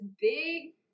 big